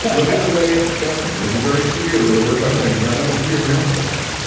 look at the way it's going. it's very clear where we're going, and i don't want to be around for that.